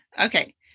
Okay